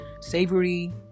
savory